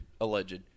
alleged